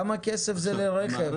כמה כסף זה לרכב?